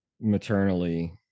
maternally